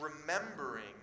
remembering